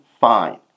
fine